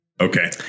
Okay